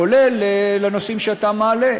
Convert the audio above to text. כולל בנושאים שאתה מעלה.